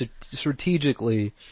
strategically